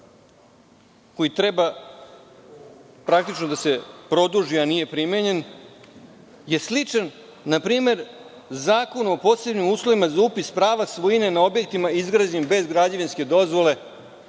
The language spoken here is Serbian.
koji treba praktično da se produži a nije primenjen je sličan Zakonu o posebnim uslovima za upis prava svojine na objektima izgrađenim bez građevinske dozvole. Pre